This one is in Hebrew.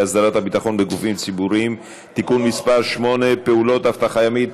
להמשך הכנתה לקריאה שנייה ושלישית.